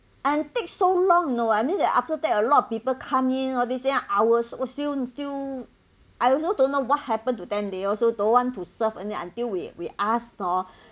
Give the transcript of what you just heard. and take so long you know I mean that after that a lot of people come in all these thing ours was still still I also don't know what happen to them they also don't want to serve only until we we asked hor